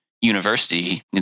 university